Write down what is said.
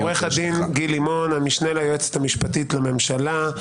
עו"ד גיל לימון, המשנה ליועצת המשפטית לממשלה.